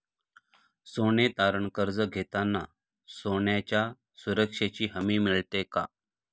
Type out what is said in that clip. सोने तारण कर्ज घेताना सोन्याच्या सुरक्षेची हमी मिळते का?